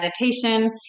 meditation